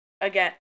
Again